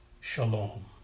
Shalom